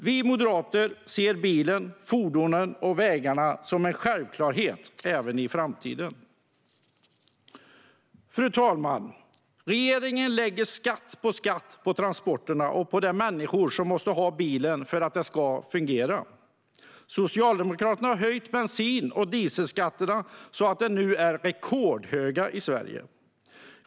Vi moderater ser bilen, de andra fordonen och vägarna som en självklarhet även i framtiden. Fru talman! Regeringen lägger skatt på skatt på transporterna och på de människor som måste ha bilen för att det ska fungera. Socialdemokraterna har höjt bensin och dieselskatterna så att de nu är rekordhöga i Sverige.